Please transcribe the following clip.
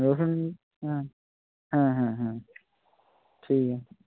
রসুন হ্যাঁ হ্যাঁ হ্যাঁ হ্যাঁ ঠিক আছে